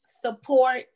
Support